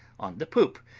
on the poop,